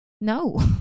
no